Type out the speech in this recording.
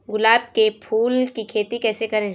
गुलाब के फूल की खेती कैसे करें?